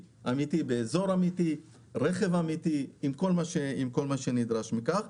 באזור אמיתי עם רכב אמיתי וכל מה שנדרש מכך.